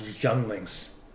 younglings